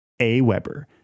AWeber